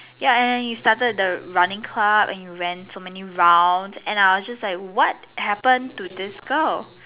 ya and you started the running club and you ran so many rounds and I was just like what happened to this girl